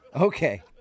okay